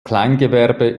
kleingewerbe